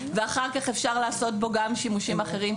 ואחר כך אפשר לעשות בו גם שימושים אחרים,